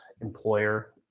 employer